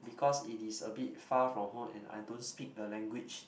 because it is a bit far from home and I don't speak the language